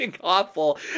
awful